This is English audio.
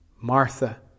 Martha